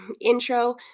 Intro